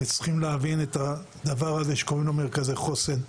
וצריכים להבין את הדבר הזה שקוראים לו מרכזי חוסן.